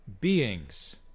beings